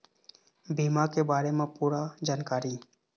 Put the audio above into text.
बीमा के बारे म पूरा जानकारी?